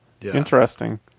Interesting